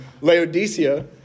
Laodicea